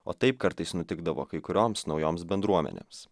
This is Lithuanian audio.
o taip kartais nutikdavo kai kurioms naujoms bendruomenėms